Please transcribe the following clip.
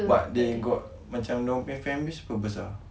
but they got macam diorang punya family semua besar